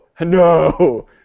no